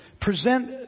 present